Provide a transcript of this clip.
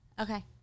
Okay